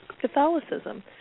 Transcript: Catholicism